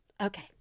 Okay